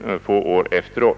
några få år efteråt.